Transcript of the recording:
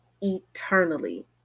eternally